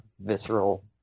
visceral